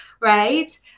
right